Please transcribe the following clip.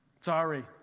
Sorry